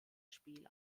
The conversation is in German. spiel